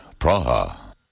Praha